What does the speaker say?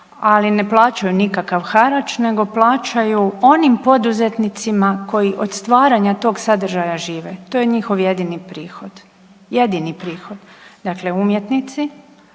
ali ne plaćaju nikakav harač nego plaćaju onim poduzetnicima koji od stvaranja tog sadržaja žive, to je njihov jedini prihod, jedini prihod. Dakle, umjetnici,